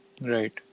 Right